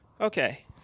Okay